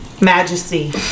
Majesty